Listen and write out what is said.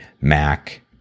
Mac